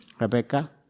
Rebecca